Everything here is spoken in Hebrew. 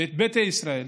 ואת ביתא ישראל,